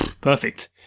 Perfect